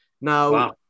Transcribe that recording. now